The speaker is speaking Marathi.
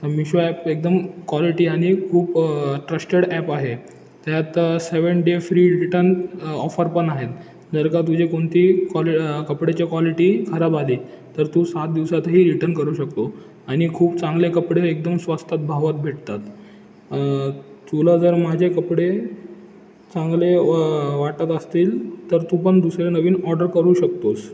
मिशो ॲप एकदम क्वालिटी आणि खूप ट्रस्टेड ॲप आहे त्यात seven day free return offer पण आहेत जर का तुझी कोणती क्वालि कपडेची क्वालिटी खराब आली तर तू सात दिवसातही रिटर्न करू शकतो आणि खूप चांगले कपडे एकदम स्वस्तात भावात भेटतात तुला जर माझे कपडे चांगले वा वाटत असतील तर तू पण दुसरे नवीन ऑर्डर करू शकतोस